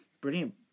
brilliant